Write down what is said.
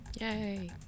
Yay